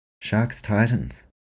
Sharks-Titans